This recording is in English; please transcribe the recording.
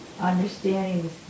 understanding